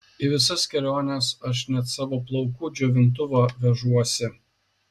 į visas keliones aš net savo plaukų džiovintuvą vežuosi